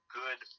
good